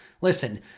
Listen